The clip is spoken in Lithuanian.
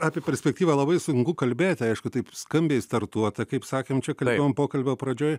apie perspektyvą labai sunku kalbėti aišku taip skambiai startuota kaip sakėm čia kalbėjom pokalbio pradžioj